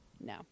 No